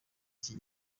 iki